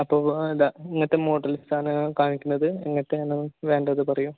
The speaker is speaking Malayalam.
അപ്പോൾ ഇതാ എങ്ങനത്തെ മോഡൽസാണ് കാണിക്കുന്നത് എങ്ങനെത്തെയാണ് വേണ്ടത് പറയൂ